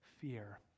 fear